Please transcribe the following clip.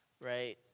right